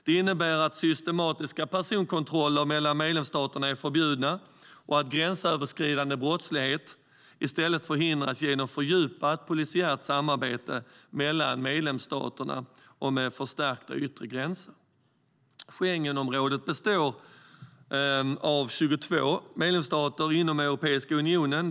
Det innebär att systematiska personkontroller mellan medlemsstaterna är förbjudna och att gränsöverskridande brottslighet i stället förhindras genom fördjupat polisiärt samarbete mellan medlemsstaterna och med förstärkta yttre gränser. Schengenområdet består av 22 medlemsstater inom Europeiska unionen.